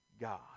God